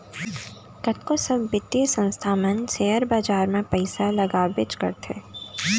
कतको सब बित्तीय संस्था मन सेयर बाजार म पइसा लगाबेच करथे